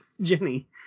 Jenny